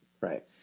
Right